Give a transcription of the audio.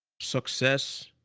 success